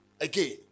Again